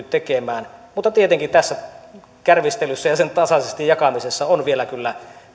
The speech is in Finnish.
tekemään mutta tietenkin tässä kärvistelyssä ja sen tasaisesti jakamisessa meillä on kyllä